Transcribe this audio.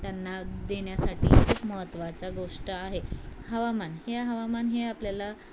त्यांना देण्यासाठी एकूण महत्त्वाचा गोष्ट आहे हवामान हे हवामान हे आपल्याला